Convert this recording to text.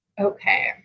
okay